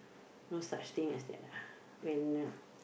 no such thing as that lah when uh